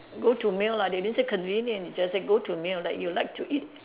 go to meal lah they didn't say convenient they just say go to meal like you like to eat